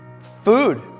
food